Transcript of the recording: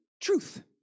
truth